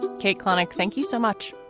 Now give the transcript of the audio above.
kate clonic, thank you so much.